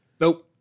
Nope